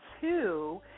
two